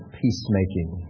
peacemaking